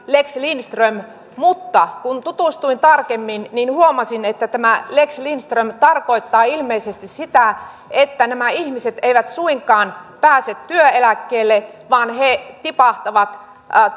lex lindström mutta kun tutustuin tarkemmin niin huomasin että tämä lex lindström tarkoittaa ilmeisesti sitä että nämä ihmiset eivät suinkaan pääse työeläkkeelle vaan he tipahtavat